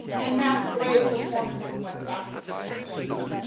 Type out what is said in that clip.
and masquerade performance in west africa, sheila.